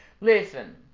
listen